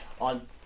on